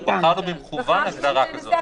בחרנו במכוון הגדרה כזו.